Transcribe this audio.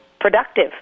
productive